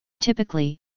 Typically